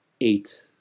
eight